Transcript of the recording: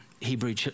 Hebrew